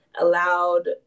allowed